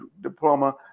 diploma